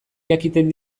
jakiten